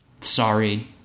Sorry